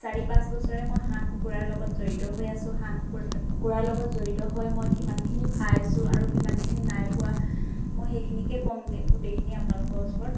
চাৰি পাঁচ বছৰে মই হাঁহ কুকুৰাৰ লগত জড়িত হৈ আছোঁ হাঁহ কুকুৰা কুকুৰাৰ লগত জড়িত হৈ মই কিমানখিনি পাইছোঁ আৰু কিমানখিনি নাই পোৱা মই সেইখিনিকে ক'মগে গোটেইখিনি আপোনালোকৰ ওচৰত